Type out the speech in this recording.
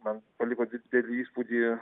man paliko didelį įspūdį